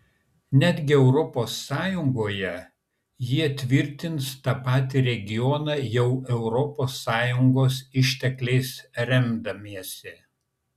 netgi europos sąjungoje jie tvirtins tą patį regioną jau europos sąjungos ištekliais remdamiesi